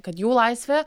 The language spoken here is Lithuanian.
kad jų laisvė